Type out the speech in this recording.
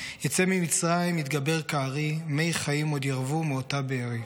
יצא ממצרים יתגבר כארי / מי חיים עוד ירוו מאותה בארי.